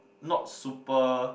not super